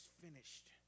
finished